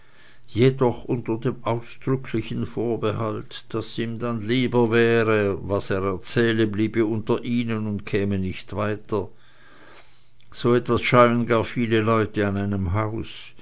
jedoch unter dem ausdrücklichen vorbehalt daß ihm dann lieber wäre was er erzähle bliebe unter ihnen und käme nicht weiter so etwas scheuen gar viele leute an einem hause